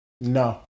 No